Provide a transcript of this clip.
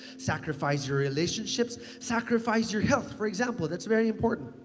sacrifice your relationships, sacrifice your health for example. that's very important.